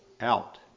out